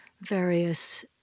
various